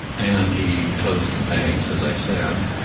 and he closed the banks, as i said,